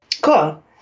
Cool